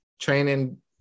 training